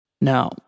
Now